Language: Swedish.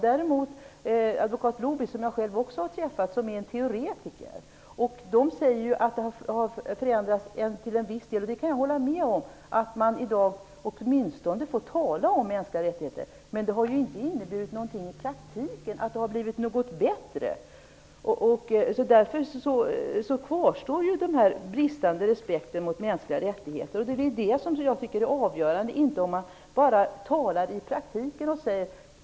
Däremot har hon träffat en teoretiker, advokat Lubis, som jag själv också har träffat. Det sägs att det har förändrats till en viss del. Jag kan hålla med om att man i dag åtminstone får tala om mänskliga rättigheter, men det har inte inneburit något i praktiken. Det har inte blivit bättre. Den bristande respekten mot mänskliga rättigheter kvarstår. Det är det jag tycker är avgörande. Det avgörande är inte vad man säger i teorin.